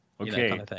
okay